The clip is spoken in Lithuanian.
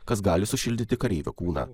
kas gali sušildyti kareivio kūną